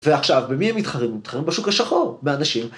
ועכשיו, במי הם מתחרים? הם מתחרים בשוק השחור, באנשים.